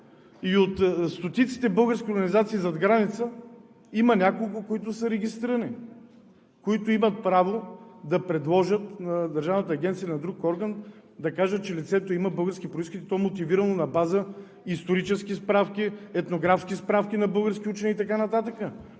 От стотиците български организация зад граница има няколко, които са регистрирани. Те имат право да предложат на Държавната агенция, на друг орган да кажат, че лицето има български произход, и то мотивирано – на база исторически справки, етнографски справки на български учени и така